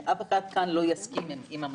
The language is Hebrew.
אף אחד כאן לא יסכים עם המצב.